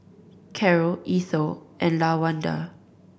Karol Ethel and Lawanda